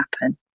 happen